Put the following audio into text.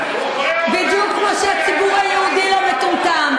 בדיוק כמו שהציבור היהודי לא מטומטם.